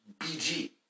BG